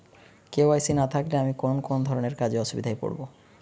KYC না থাকলে আমি কোন কোন ধরনের কাজে অসুবিধায় পড়ব?